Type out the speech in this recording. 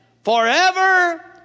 Forever